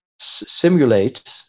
simulate